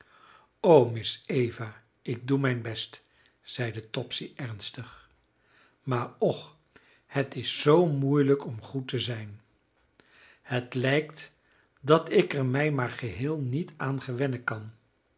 o miss eva ik doe mijn best zeide topsy ernstig maar och het is zoo moeilijk om goed te zijn het lijkt dat ik er mij maar geheel niet aan gewennen kan